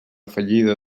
fallida